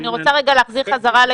--- כי לא צריך.